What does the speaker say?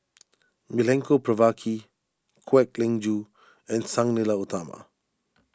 Milenko Prvacki Kwek Leng Joo and Sang Nila Utama